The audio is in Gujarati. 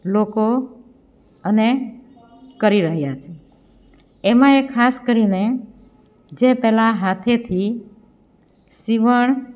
લોકો અને કરી રહ્યા છે એમાંય ખાસ કરીને જે પહેલા હાથેથી સીવણ